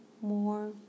more